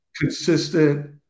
consistent